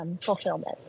fulfillment